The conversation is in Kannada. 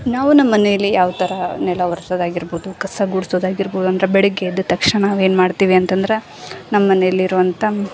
ನಾವು ನಮ್ಮನೆಯಲ್ಲಿ ಯಾವ ಥರ ನೆಲ ವರ್ಸೊದಾಗಿರ್ಬೋದು ಕಸ ಗುಡ್ಸೊದಾಗಿರ್ಬೋದು ಅಂದ್ರೆ ಬೆಳಗ್ಗೆ ಎದ್ದ ತಕ್ಷಣ ನಾವೇನು ಮಾಡ್ತೀವಿ ಅಂತಂದ್ರೆ ನಮ್ಮನೆಯಲ್ಲಿರುವಂಥ